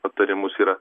patarimus yra